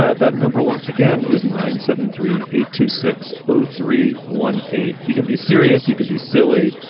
ah that number once again is nine seven three eight two six zero ah three one eight. you can be serious you can be silly,